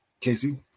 Casey